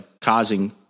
causing